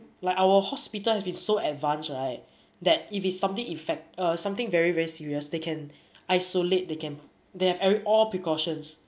like our hospital has been so advanced right that if it's something effect~ err something very very serious they can isolate they can they have every all precautions